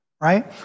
right